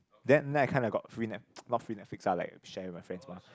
then I kinda got free Net~ not free Netflix lah like share with my friends mah